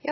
Det